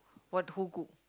what who cook